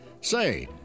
Say